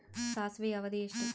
ಸಾಸಿವೆಯ ಅವಧಿ ಎಷ್ಟು?